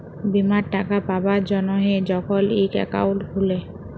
বীমার টাকা পাবার জ্যনহে যখল ইক একাউল্ট খুলে